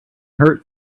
hurt